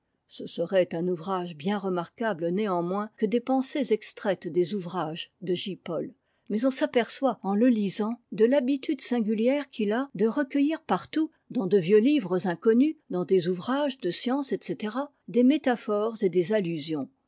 ce serait un ouvrage bien remarquable néanmoins que des pensées extraites des ouvrages de j paul mais on s'aperçoit en le lisant de l'habitude singulière qu'il a de recueillir partout dans de vieux livres inconnus dans des ouvrages de sciences etc des métaphores et des allusions